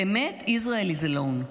באמת Israel is alone.